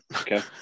Okay